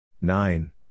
Nine